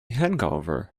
hangover